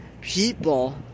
people